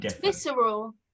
visceral